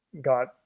got